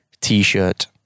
t-shirt